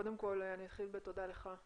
קודם כל אני אתחיל בתודה לך,